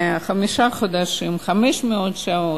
חמישה חודשים, 500 שעות,